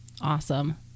Awesome